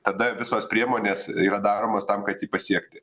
tada visos priemonės yra daromos tam kad jį pasiekti